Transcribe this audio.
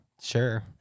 Sure